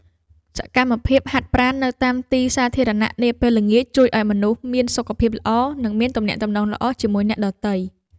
សកម្មភាពហាត់ប្រាណនៅតាមទីសាធារណៈនាពេលល្ងាចជួយឱ្យមនុស្សមានសុខភាពល្អ និងមានទំនាក់ទំនងល្អជាមួយអ្នកដទៃ។